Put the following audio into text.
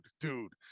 dude